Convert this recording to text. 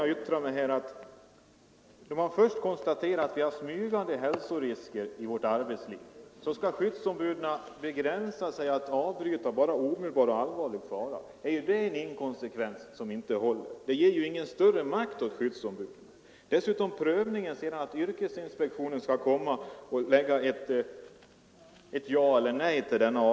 Jag nämnde redan i mitt första anförande att fastän det konstaterats att vi har smygande hälsorisker i vårt arbetsliv skall skyddsombuden begränsa sig till att avbryta arbete bara vid omedelbar och allvarlig fara. Det är ett resonemang som inte håller. En sådan rätt ger ju ingen större makt åt skyddsombuden. Dessutom skall frågan om avbrytande prövas och yrkesinspektionen skall komma och säga ja eller nej.